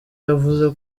yavuze